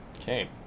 Okay